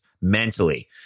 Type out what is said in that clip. mentally